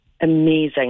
amazing